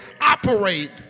operate